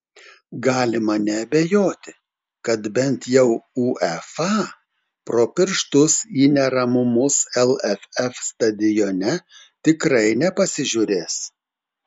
galima neabejoti kad bent jau uefa pro pirštus į neramumus lff stadione tikrai nepasižiūrės